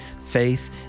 faith